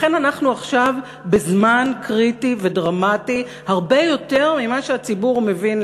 לכן אנחנו עכשיו בזמן קריטי ודרמטי הרבה יותר ממה שהציבור מבין,